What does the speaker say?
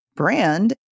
brand